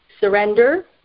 surrender